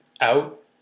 out